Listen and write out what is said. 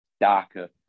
darker